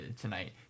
tonight